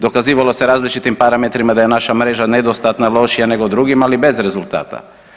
Dokazivalo se različitim parametrima da je naša mreža nedostatna, lošija nego u drugima, ali bez rezultata.